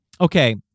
Okay